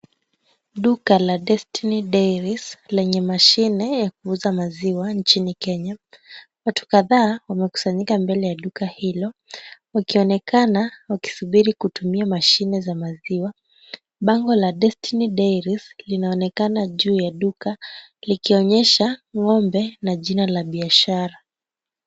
Duka la Destiny Dairies lenye mashine ya kuuza maziwa nchini Kenya. Watu kadhaa wamekusanyika mbele ya duka hilo wakionekana wakisubiri kutumia mashine za maziwa. Bango la Destiny Dairies linaonekana juu ya duka likionyesha ng'ombe na jina la biashara.